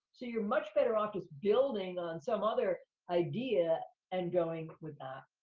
so you're much better off just building on some other idea and going with that.